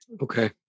Okay